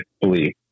believe